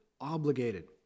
obligated